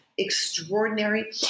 Extraordinary